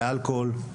לאלכוהול.